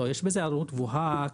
יש בזה עלות גבוהה.